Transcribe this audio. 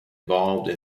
involved